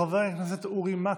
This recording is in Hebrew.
חבר הכנסת אורי מקלב,